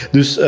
Dus